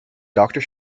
doctor